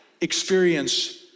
experience